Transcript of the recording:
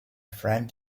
friend